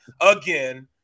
again